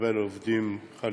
לקבל עובדים חליפיים.